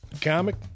comic